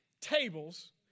tables